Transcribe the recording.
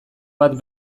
bat